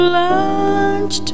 lunch